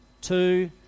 two